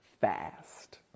fast